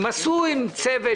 ביחד עם צוות,